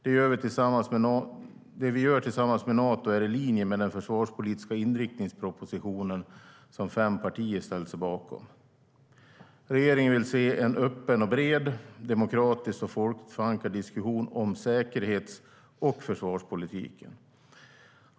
Det vi gör tillsammans med Nato är i linje med den försvarspolitiska inriktningsproposition som fem partier ställt sig bakom. Regeringen vill se en öppen och bred, demokratiskt och folkligt förankrad diskussion om säkerhets och försvarspolitiken.